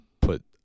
put